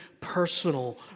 personal